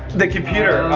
the computer?